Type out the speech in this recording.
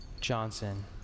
Johnson